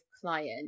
client